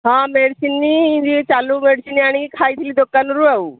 ହଁ ମେଡ଼ିସିନ୍ ଚାଲୁ ମେଡ଼ିସିନ୍ ଆଣିକି ଖାଇଥିଲି ଦୋକାନରୁ ଆଉ